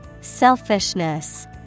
Selfishness